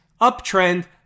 Uptrend